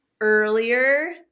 earlier